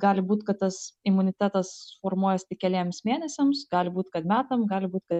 gali būt kad tas imunitetas formuojasi keliems mėnesiams gali būt kad metam gali būt kad